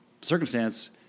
circumstance